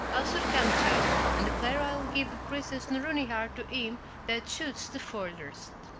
i'll soon come to you, and declare i will give the princess nouronnihar to him that shoots the farthest.